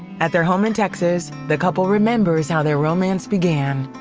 at their home in texas the couple remembers how their romance began.